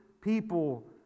people